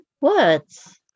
words